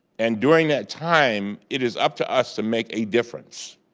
and during that time, it is up to us to make a difference.